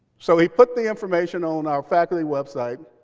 so he put the information on our faculty website.